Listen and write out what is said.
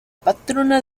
patrona